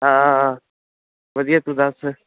ਹਾਂ ਵਧੀਆ ਤੂੰ ਦੱਸ